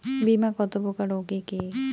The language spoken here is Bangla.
বীমা কত প্রকার ও কি কি?